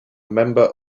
member